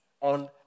on